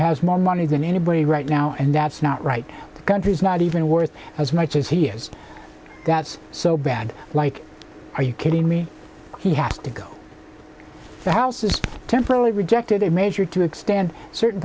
has more money than anybody right now and that's not right country is not even worth as much as he has that's so bad like are you kidding me he has to go the house is temporarily rejected a measure to extend certain